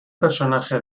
personaje